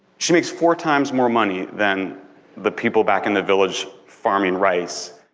she makes four times more money than the people back in the village, farming rice.